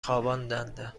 خواباندند